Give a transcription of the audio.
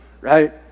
right